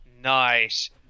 Nice